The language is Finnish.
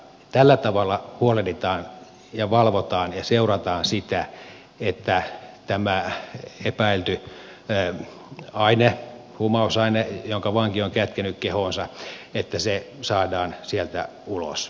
tällä tavalla huolehditaan ja valvotaan ja seurataan sitä että tämä epäilty huumausaine jonka vanki on kätkenyt kehoonsa saadaan sieltä ulos